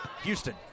Houston